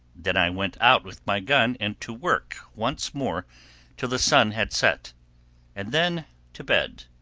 then i went out with my gun, and to work once more till the sun had set and then to bed.